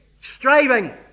striving